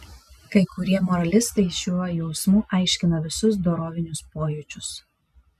kai kurie moralistai šiuo jausmu aiškina visus dorovinius pojūčius